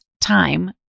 time